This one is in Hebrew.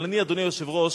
אבל אני, אדוני היושב-ראש,